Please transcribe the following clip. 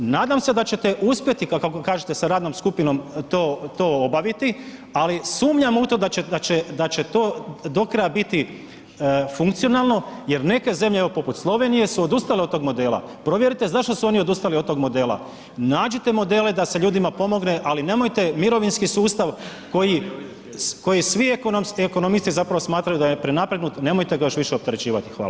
Nadam se da ćete uspjeti kako kažete sa radnom skupinom to obaviti ali sumnjam u to da će to do kraja biti funkcionalno jer neke zemlje evo poput Slovenije su odustale od tog modela, provjerite zašto su oni odustali od tog modela, nađite modele da se ljudima pomogne ali nemojte mirovinski sustav koji svi ekonomisti zapravo smatraju da je prenapregnut, nemojte ga još više opterećivati, hvala.